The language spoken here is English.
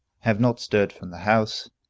have not stirred from the house.